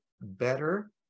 better